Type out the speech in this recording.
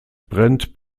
brennt